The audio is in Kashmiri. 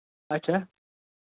اچھا